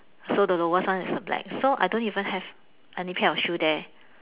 so the lowest one is a black so I don't even have any pair of shoe there